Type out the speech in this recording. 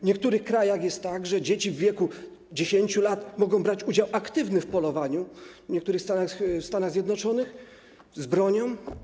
W niektórych krajach jest tak, że dzieci w wieku 10 lat mogą brać aktywny udział w polowaniu, w niektórych stanach Stanów Zjednoczonych, z bronią.